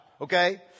Okay